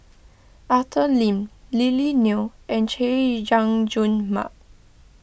Arthur Lim Lily Neo and Chay Jung Jun Mark